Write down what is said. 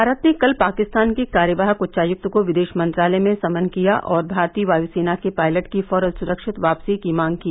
भारत ने कल पाकिस्तान के कार्यवाहक उच्चायुक्त को विदेश मंत्रालय में समन किया और भारतीय वायु सेना के पायलट की फौरन सुरक्षित वापसी की मांग की